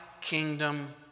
kingdom